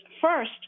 first